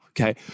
okay